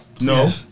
No